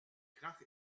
krach